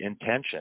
intention